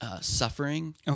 Suffering